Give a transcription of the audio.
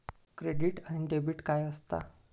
Credit आणि debit काय असता?